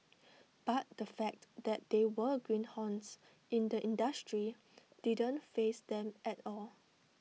but the fact that they were greenhorns in the industry didn't faze them at all